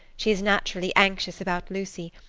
she is naturally anxious about lucy,